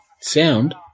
sound